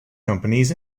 companies